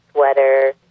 sweater